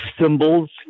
symbols